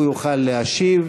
הוא יוכל להשיב,